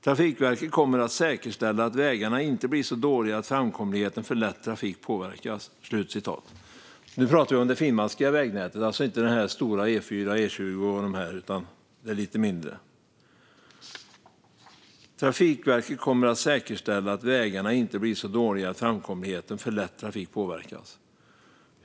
Trafikverket kommer att säkerställa att vägarna inte blir så dåliga att framkomligheten för lätt trafik påverkas." Nu pratar vi om det finmaskiga vägnätet. Det är alltså inte stora E4 eller E20, utan det är lite mindre. "Trafikverket kommer att säkerställa att vägarna inte blir så dåliga att framkomligheten för lätt trafik påverkas."